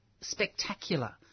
spectacular